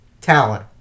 talent